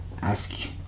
ask